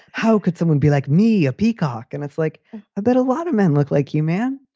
how could someone be like me, a peacock? and it's like a bit a lot of men look like you, man.